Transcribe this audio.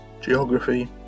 Geography